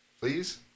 please